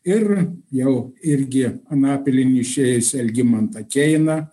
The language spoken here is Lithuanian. ir jau irgi anapilin išėjusį algimantą keiną